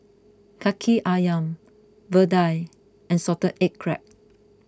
Kaki Ayam Vadai and Salted Egg Crab